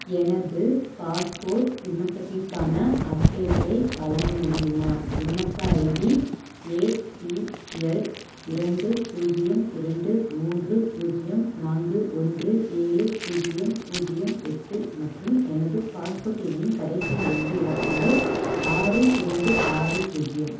எனது பாஸ்போர்ட் விண்ணப்பத்திற்கான அப்டேட்டை வழங்க முடியுமா விண்ணப்ப ஐடி ஏ பி எல் இரண்டு பூஜ்ஜியம் இரண்டு மூன்று பூஜ்ஜியம் நான்கு ஒன்று ஏழு பூஜ்ஜியம் பூஜ்ஜியம் எட்டு மற்றும் எனது பாஸ்போர்ட் எண்ணின் கடைசி நான்கு இலக்கங்கள் ஆறு இரண்டு ஆறு பூஜ்ஜியம்